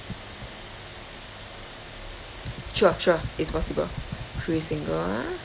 sure sure it's possible three single ah